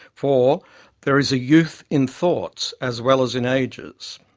for there is a youth in thoughts as well as in ages.